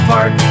Park